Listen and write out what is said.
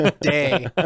day